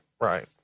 Right